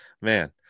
man